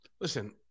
Listen